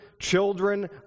children